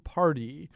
party